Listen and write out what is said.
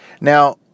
Now